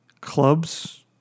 clubs